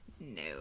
no